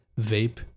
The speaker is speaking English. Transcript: vape